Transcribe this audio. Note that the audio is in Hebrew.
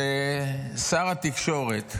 כששר התקשורת,